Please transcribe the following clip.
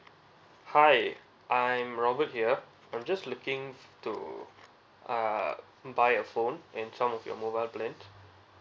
hi I'm robert here I'm just looking to uh buy a phone and some of your mobile plans